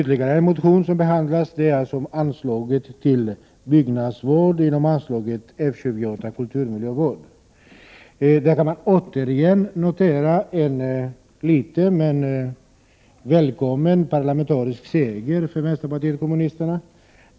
Den andra vpk-motionen som behandlas gäller byggnadsvård under anslaget F 28, Kulturminnesvård. Här kan man återigen notera en liten men välkommen parlamentarisk seger för vänsterpartiet kommunisterna.